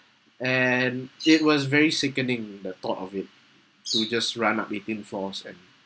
and it was very sickening the thought of it to just run up eighteen floors and